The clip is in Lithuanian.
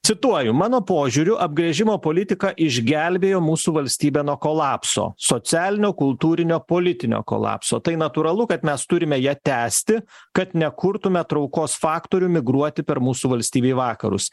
cituoju mano požiūriu apgręžimo politika išgelbėjo mūsų valstybę nuo kolapso socialinio kultūrinio politinio kolapso tai natūralu kad mes turime ją tęsti kad nekurtume traukos faktorių migruoti per mūsų valstybę į vakarus